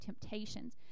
temptations